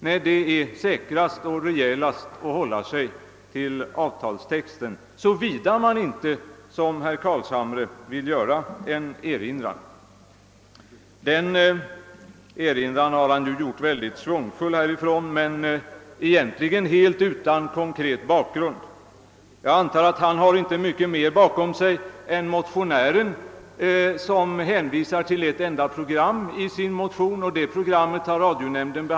Nej, det är säkrast och rejälast att hålla sig till avtalstexten, såvida man inte som herr Carlshamre vill göra en erinran. Denna erinran har herr Carlshamre framfört mycket schvungfullt från denna talarstol men egentligen helt utan konkret bakgrund. Jag antar att han inte har mycket mera material bakom sig än motionären, som i sin motion hänvisar till ett enda program, vilket behandlats och friats av radionämnden.